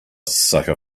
sucker